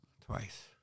Twice